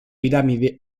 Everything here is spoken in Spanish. pirámide